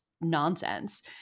nonsense